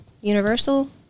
Universal